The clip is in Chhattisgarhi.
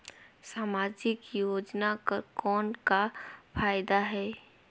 समाजिक योजना कर कौन का फायदा है?